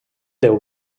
déu